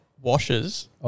washes